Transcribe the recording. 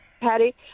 Patty